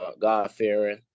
God-fearing